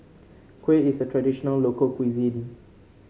Kuih is a traditional local cuisine